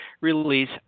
release